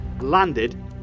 landed